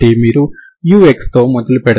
కాబట్టి మీరు ux తో మొదలు పెడతారు